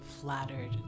flattered